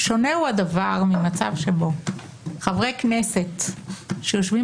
שונה הוא הדבר ממצב שבו חברי כנסת שיושבים